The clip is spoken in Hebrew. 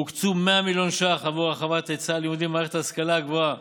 הוקצו 100 מיליון ש"ח עבור הרחבת היצע הלימודים במערכת ההשכלה הגבוהה